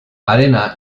arena